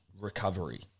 recovery